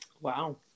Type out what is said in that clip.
Wow